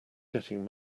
getting